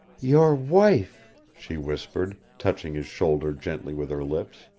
your wife, she whispered, touching his shoulder gently with her lips.